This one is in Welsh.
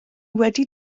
wedi